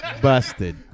Busted